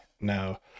Now